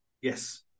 Yes